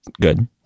good